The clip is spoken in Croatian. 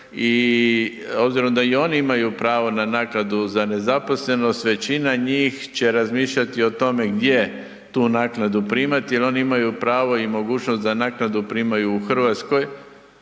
i obzirom da i oni imaju pravo na naknadu za nezaposlenost, većina njih će razmišljati o tome gdje tu naknadu primati jer oni imaju pravo i mogućnost da naknadu primaju u RH. Ako